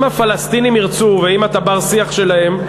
אם הפלסטינים ירצו ואם אתה בר-שיח שלהם,